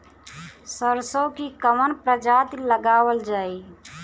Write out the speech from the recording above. सरसो की कवन प्रजाति लगावल जाई?